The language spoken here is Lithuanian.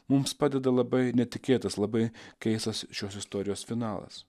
mums padeda labai netikėtas labai keistas šios istorijos finalas